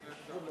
זה מלמד על